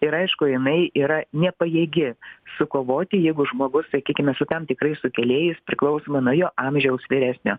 ir aišku jinai yra nepajėgi sukovoti jeigu žmogus sakykime su tam tikrais sukėlėjais priklausoma nuo jo amžiaus vyresnio